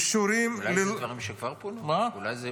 אולי אלה